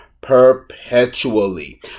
perpetually